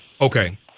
Okay